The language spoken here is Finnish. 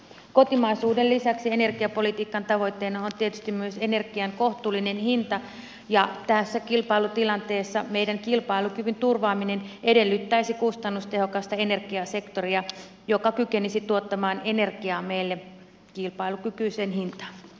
kotimaisuuden lisäksi energiapolitiikan tavoitteena on tietysti myös energian kohtuullinen hinta ja tässä kilpailutilanteessa meidän kilpailukyvyn turvaaminen edellyttäisi kustannustehokasta energiasektoria joka kykenisi tuottamaan energiaa meille kilpailukykyiseen hintaan